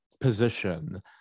position